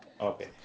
Okay